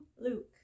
Luke